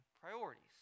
priorities